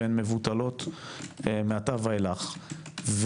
והן מבוטלות מעתה ואילך.